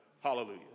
Hallelujah